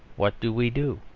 what do we do?